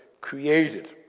created